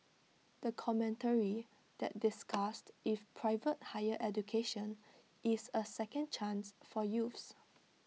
the commentary that discussed if private higher education is A second chance for youths